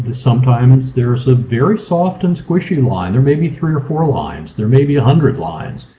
sometimes there's a very soft and squishy line, there may be three or four lines, there may be a hundred lines.